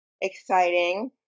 Exciting